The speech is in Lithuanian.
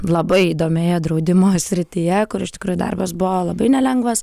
labai įdomioje draudimo srityje kur iš tikrųjų darbas buvo labai nelengvas